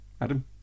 Adam